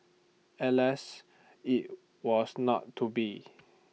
alas IT was not to be